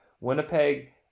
Winnipeg